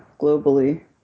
globally